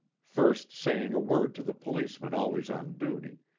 first saying a word to the policeman always on duty,